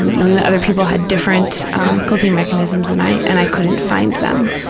knowing that other people had different coping mechanisms than i, and i couldn't find them.